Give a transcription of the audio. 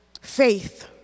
faith